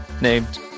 named